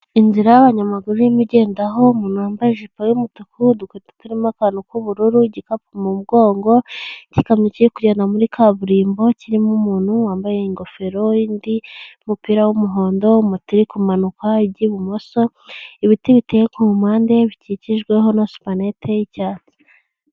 Inzira y'abanyamaguru irimo igendaho umuntu wambaye ijipo y'umutuku, udukwetu turimo akantu k'ubururu, igikapu mu mugongo, igikamyo kiri kugenda muri kaburimbo, kirimo umuntu wambaye ingofero y'indi, umupira w'umuhondo, moto iri kumanuka, ijya ibumoso, ibiti biteye ku mpande bikikijwe na supanete y'icyatsi.